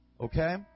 Okay